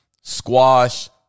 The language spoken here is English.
squash